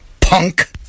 Punk